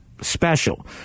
special